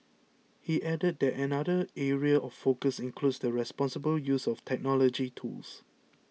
he added that another area of focus includes the responsible use of technology tools